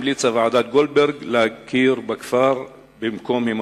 המליצה ועדת-גולדברג להכיר בכפר במקום הימצאו.